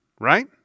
right